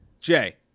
Jay